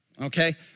Okay